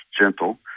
gentle